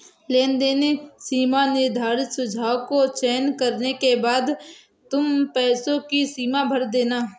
लेनदेन सीमा निर्धारित सुझाव को चयन करने के बाद तुम पैसों की सीमा भर देना